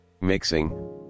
mixing